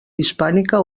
hispànica